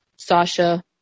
Sasha